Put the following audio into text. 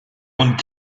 und